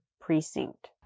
precinct